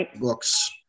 books